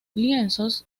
lienzos